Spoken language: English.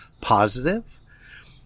positive